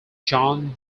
john